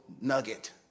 nugget